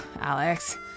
...Alex